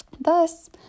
thus